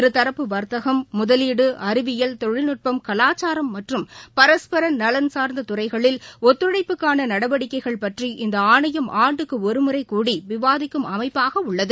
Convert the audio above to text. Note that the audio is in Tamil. இருதரப்பு வர்த்தகம் முதலீடு அறிவியல் தொழில்நுட்பம் கலாச்சாரம் மற்றும் பரஸ்பரநலன் சா்ந்ததுறைகளில் ஒத்துழைப்புக்கானநடவடிக்கைகள் பற்றி இந்தஆணையம் ஆண்டுக்குஒருமுறை கூடி விவாதிக்கும் அமைப்பாகஉள்ளது